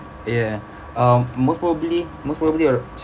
ya um most probably most probably uh